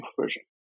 version